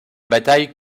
bataille